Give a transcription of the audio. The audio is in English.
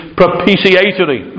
propitiatory